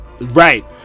Right